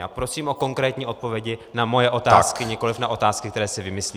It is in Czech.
A prosím o konkrétní odpovědi na svoje otázky, nikoliv na otázky, které si vymyslíte.